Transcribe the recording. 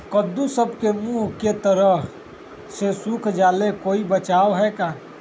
कददु सब के मुँह के तरह से सुख जाले कोई बचाव है का?